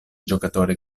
giocatore